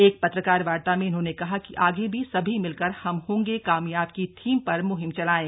एक पत्रकार वार्ता में उन्होंने कहा कि आगे भी सभी मिलकर हम होंगे कामयाब की थीम पर म्हिम चलायें